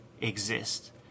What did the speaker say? exist